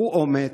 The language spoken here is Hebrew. קחו אומץ.